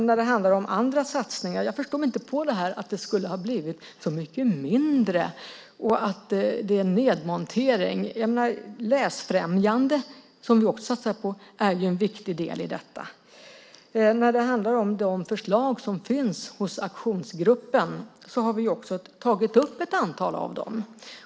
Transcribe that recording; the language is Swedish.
När det handlar om andra satsningar förstår jag inte att det skulle ha blivit så mycket mindre och att det är en nedmontering. Läsfrämjande, som vi också satsar på, är ju en viktig del i detta. Vi har också tagit upp ett antal av de förslag som finns hos aktionsgruppen.